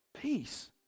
peace